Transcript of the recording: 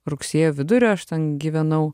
rugsėjo vidurio aš ten gyvenau